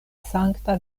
sankta